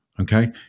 okay